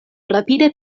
rapide